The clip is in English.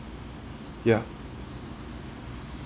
ya